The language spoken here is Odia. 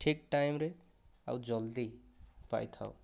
ଠିକ ଟାଇମ୍ରେ ଆଉ ଜଲ୍ଦି ପାଇଥାଉ